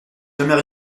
jamais